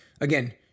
again